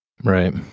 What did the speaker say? Right